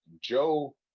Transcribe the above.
Joe